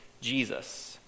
Jesus